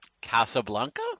Casablanca